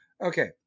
Okay